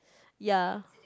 ya